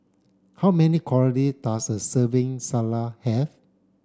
how many calorie does a serving Salsa have